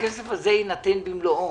הכסף הזה יינתן במלואו.